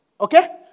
Okay